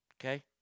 Okay